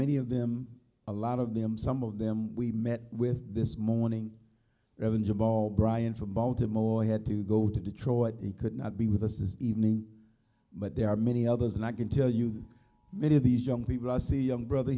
many of them a lot of them some of them we met with this morning have been jamal bryant from baltimore had to go to detroit he could not be with us this evening but there are many others and i can tell you many of these young people i see young brother